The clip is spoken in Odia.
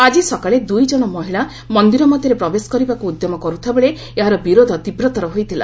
ଆଜି ସକାଳେ ଦୁଇ ଜଣ ମହିଳା ମନ୍ଦିର ମଧ୍ୟରେ ପ୍ରବେଶ କରିବାକୁ ଉଦ୍ୟମ କରୁଥିବାବେଳେ ଏହାର ବିରୋଧ ତୀବ୍ରତର ହୋଇଥିଲା